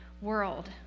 world